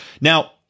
Now